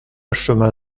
chemin